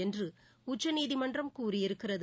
என்று உச்சநீதிமன்றம் கூறியிருக்கிறது